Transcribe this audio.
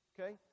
okay